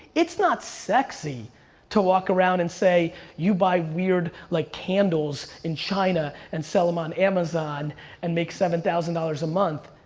it's not sexy to walk around and say you buy weird like candles in china and sell them on amazon and make seven thousand dollars a month,